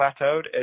plateaued